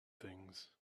things